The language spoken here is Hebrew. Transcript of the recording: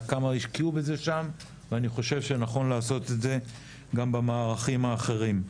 עד כמה השקיעו בזה שם ואני חושב שנכון לעשות את זה גם במערכים האחרים.